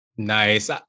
Nice